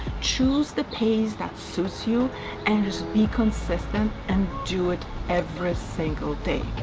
choose the pace that suits you and just be consistent and do it every single day.